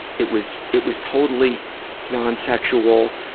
it was, it was totally non-sexual.